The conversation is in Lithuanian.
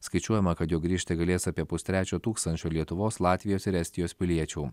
skaičiuojama kad juo grįžti galės apie pustrečio tūkstančio lietuvos latvijos ir estijos piliečių